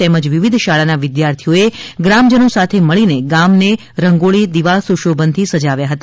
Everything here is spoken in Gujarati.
તેમજ વિવિધ શાળાના વિદ્યાર્થીઓએ ગ્રામજનો સાથે મળીને ગામને રંગોળી દિવાલ સુશોભનથી સજાવ્યા હતા